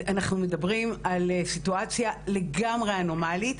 אנחנו מדברים על סיטואציה לגמרי אנומלית.